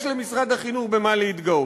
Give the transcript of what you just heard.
יש למשרד החינוך במה להתגאות.